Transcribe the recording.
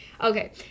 Okay